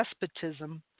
despotism